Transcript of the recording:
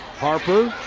harper.